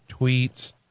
tweets